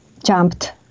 jumped